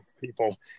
people